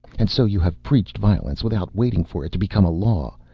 and so you have preached violence without waiting for it to become a law?